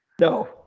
No